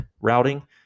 routing